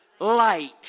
light